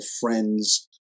friend's